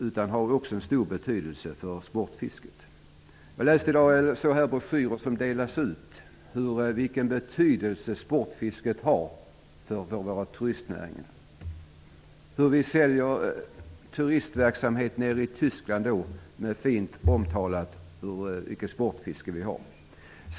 Den har också stor betydelse för sportfisket. Jag läste i en broschyr vilken betydelse sportfisket har för vår turistnäring. I Tyskland säljer vi turistresor bl.a. genom att tala om vilket sportfiske vi har.